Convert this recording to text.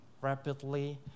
rapidly